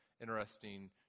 interesting